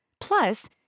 Plus